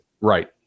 Right